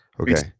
okay